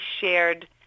shared